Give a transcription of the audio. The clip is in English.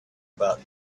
about